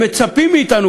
הם מצפים מאתנו,